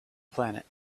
planet